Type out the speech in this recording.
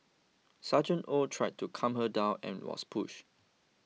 Sergeant Oh tried to calm her down and was pushed